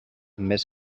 més